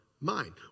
mind